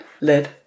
lead